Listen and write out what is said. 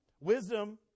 Wisdom